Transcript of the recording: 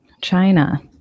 China